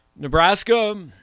nebraska